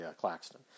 Claxton